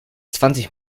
zwanzig